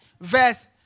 Verse